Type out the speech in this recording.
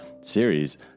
series